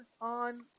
on